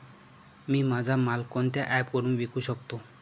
मी माझा माल कोणत्या ॲप वरुन विकू शकतो?